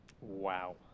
wow